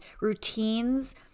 routines